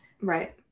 right